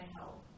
help